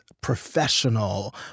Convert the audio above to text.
professional